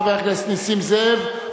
חבר הכנסת נסים זאב,